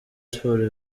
sports